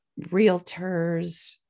realtors